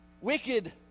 wicked